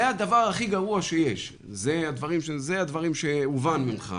זה הדבר הכי גרוע שיש, אלה הדברים שהבנו ממך.